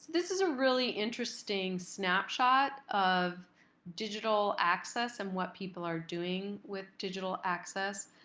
this is a really interesting snapshot of digital access and what people are doing with digital access.